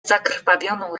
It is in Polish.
zakrwawioną